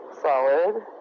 Solid